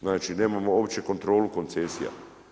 Znači nemamo uopće kontrolu koncesija.